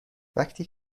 وقتی